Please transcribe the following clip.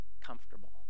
comfortable